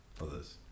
others